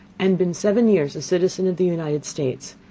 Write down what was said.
and been seven years a citizen of the united states,